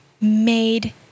made